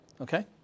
okay